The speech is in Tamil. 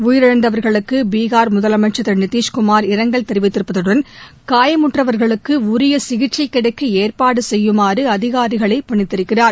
உயிரிழந்தவர்களுக்கு பீகார் முதலமைச்சர் திரு நிதிஷ்குமார் இரங்கல் தெரிவித்திருப்பதுடன் காயமுற்றவர்களுக்கு உரிய சிகிச்சை கிடைக்க ஏற்பாடு செய்யுமாறு அதிகாரிகளை பணித்திருக்கிறார்